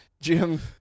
Jim